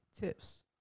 tips